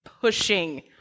pushing